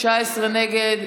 19 נגד,